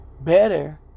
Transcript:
better